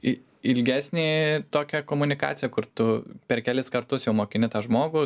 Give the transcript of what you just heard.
į ilgesnį tokią komunikaciją kur tu per kelis kartus jau mokini tą žmogų